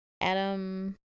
Adam